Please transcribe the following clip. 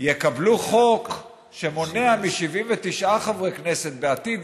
יקבלו חוק שמונע מ-79 חברי כנסת בעתיד,